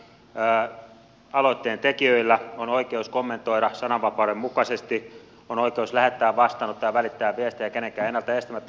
aloitteen tekijöillä on oikeus kommentoida sananvapauden mukaisesti on oikeus lähettää vastaanottaa ja välittää viestejä kenenkään ennalta estämättä